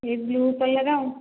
ଏ blue collar ଆଉ